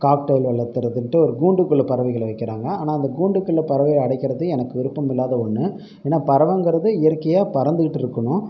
cocktail வளர்த்துறதுன்ட்டு ஒரு கூண்டுக்குள்ள பறவைகளை வைக்கிறாங்க ஆனால் அந்த கூண்டுக்குள்ள பறவையை அடைக்கிறது எனக்கு விருப்பம் இல்லாத ஒன்று ஏன்னால் பறைவங்கிறது இயற்கையாக பறந்துக்கிட்டு இருக்கணும்